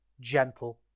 gentle